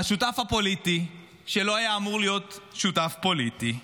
השותף פוליטי שלא היה אמור להיות שותף פוליטי,